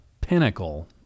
pinnacle